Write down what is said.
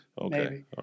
Okay